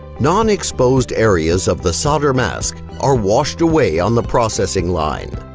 non-exposed areas of the solder mask are washed away on the processing line.